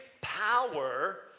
power